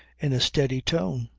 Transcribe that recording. in a steady tone.